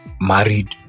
Married